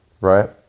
Right